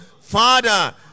Father